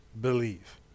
believe